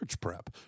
prep